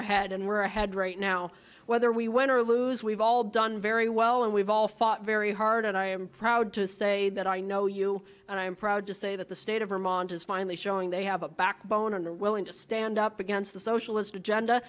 ahead and we're ahead right now whether we win or lose we've all done very well and we've all fought very hard and i am proud to say that i know you and i'm proud to say that the state of vermont is finally showing they have a backbone and are willing to stand up against the socialist agenda